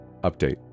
Update